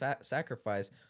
sacrifice